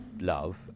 love